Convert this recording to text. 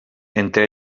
entre